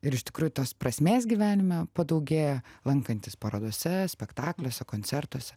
ir iš tikrųjų tos prasmės gyvenime padaugėja lankantis parodose spektakliuose koncertuose